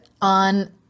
on